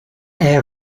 est